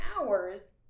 hours